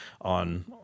on